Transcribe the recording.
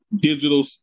digital